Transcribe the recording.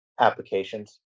applications